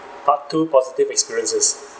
part two positive experiences